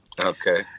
Okay